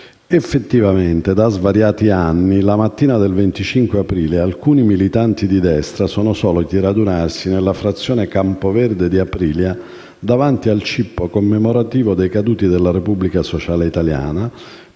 Effettivamente da svariati anni, la mattina del 25 aprile, alcuni militanti di destra sono soliti radunarsi nella frazione Campoverde di Aprilia, davanti al cippo commemorativo dei caduti della Repubblica sociale italiana,